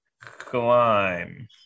climb